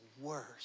worst